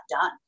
done